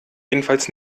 jedenfalls